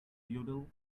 yodel